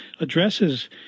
addresses